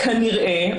כנראה,